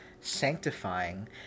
sanctifying